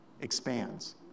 expands